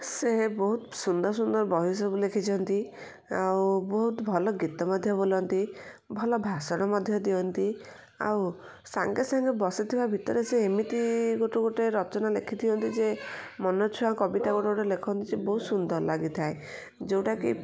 ସେ ବହୁତ ସୁନ୍ଦର ସୁନ୍ଦର ବହିସବୁ ଲେଖିଛନ୍ତି ଆଉ ବହୁତ ଭଲ ଗୀତ ମଧ୍ୟ ବୋଲନ୍ତି ଭଲ ଭାଷଣ ମଧ୍ୟ ଦିଅନ୍ତି ଆଉ ସାଙ୍ଗେ ସାଙ୍ଗେ ବସୁଥିବା ଭିତରେ ସେ ଏମିତି ଗୋଟେ ଗୋଟେ ରଚନା ଲେଖିଦିଅନ୍ତି ଯେ ମନଛୁଆଁ କବିତା ଗୋଟେ ଗୋଟେ ଲେଖନ୍ତି ସେ ବହୁତ ସୁନ୍ଦର ଲାଗିଥାଏ ଯେଉଁଟାକି